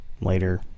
later